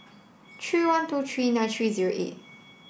tree one two tree nine tree zero eight